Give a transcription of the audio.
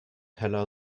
heller